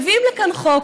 מביאים לכאן חוק